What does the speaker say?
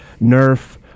Nerf